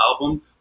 album